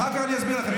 אחר כך אני אסביר לכם.